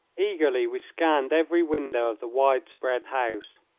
eagerly we scanned every window of the wide-spread house.